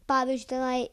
pavyzdžiui tenai